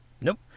Nope